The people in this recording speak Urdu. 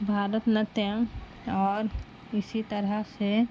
بھرت نٹیم اور اسی طرح سے